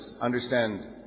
understand